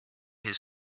his